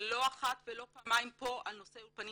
לא אחת ולא פעמיים פה על נושא אולפנים